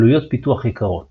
עלויות פיתוח יקרות